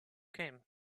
came